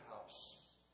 house